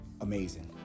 Amazing